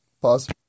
Pause